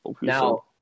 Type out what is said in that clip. now